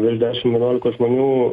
virš dešimt vienuolikos žmonių